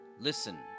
Listen